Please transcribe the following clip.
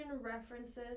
references